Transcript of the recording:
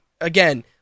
Again